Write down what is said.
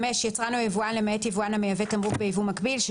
14:05) הצו